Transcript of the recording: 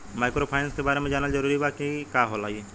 Microfinance के बारे में जानल जरूरी बा की का होला ई?